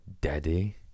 daddy